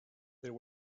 there